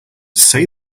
say